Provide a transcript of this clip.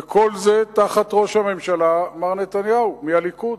וכל זה תחת ראש הממשלה מר נתניהו, מהליכוד.